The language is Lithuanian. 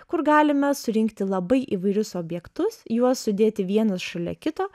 kur galime surinkti labai įvairius objektus juos sudėti vienas šalia kito